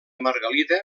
margalida